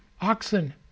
oxen